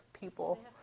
people